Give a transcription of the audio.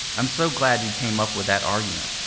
i'm so glad you came up with that argument.